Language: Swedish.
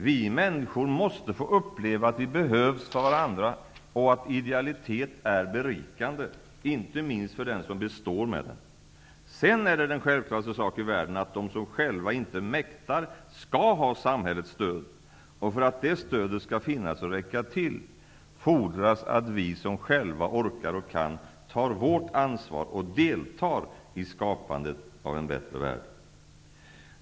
Vi människor måste få uppleva att vi behövs för varandra och att idealitet är berikande, inte minst för den som består med den. Sedan är det den självklaraste sak i världen att de som själva inte mäktar, skall ha samhällets stöd. För att det stödet skall finnas och räcka till fordras att vi, som själva orkar och kan, tar vårt ansvar och deltar i skapandet av en bättre värld.